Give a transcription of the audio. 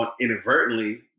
inadvertently